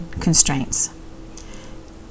constraints